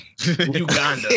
Uganda